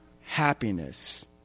happiness